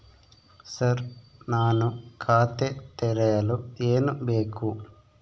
Sir ನಾನು ಖಾತೆ ತೆರೆಯಲು ಏನು ಬೇಕು?